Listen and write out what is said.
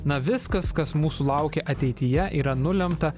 na viskas kas mūsų laukia ateityje yra nulemta